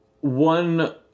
one